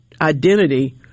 identity